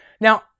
Now